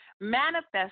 manifest